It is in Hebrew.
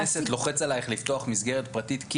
מאיזו סיבה לוחץ עלייך חבר כנסת?